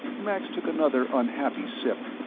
max took another unhappy sip.